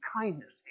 kindness